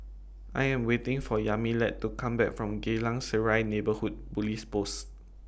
I Am waiting For Yamilet to Come Back from Geylang Serai Neighbourhood Police Post